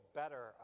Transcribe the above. better